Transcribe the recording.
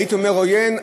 הייתי אומר עוין,